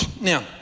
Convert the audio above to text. Now